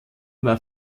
war